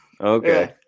Okay